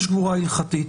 יש קבורה הלכתית,